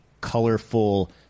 colorful